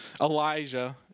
Elijah